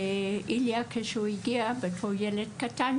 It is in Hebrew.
כשאיליה הגיע כילד קטן,